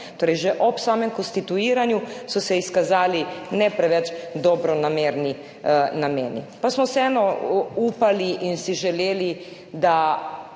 Torej, že ob samem konstituiranju so se izkazali ne preveč dobronamerni nameni. Pa smo vseeno upali in si želeli, da